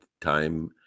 time